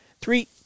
Three